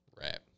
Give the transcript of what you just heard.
Right